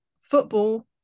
football